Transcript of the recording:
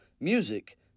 music